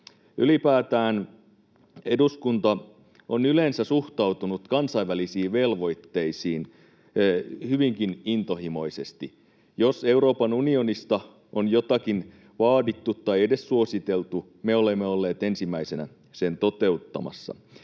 Ylipäätään eduskunta on yleensä suhtautunut kansainvälisiin velvoitteisiin hyvinkin intohimoisesti. Jos Euroopan unionista on jotakin vaadittu tai edes suositeltu, me olemme olleet ensimmäisenä sen toteuttamassa.